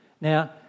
Now